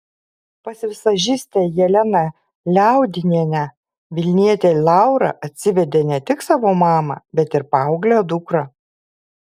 pas vizažistę jeleną liaudinienę vilnietė laura atsivedė ne tik savo mamą bet ir paauglę dukrą